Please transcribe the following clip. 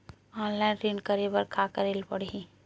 Online ऋण करे बर का करे ल पड़हि?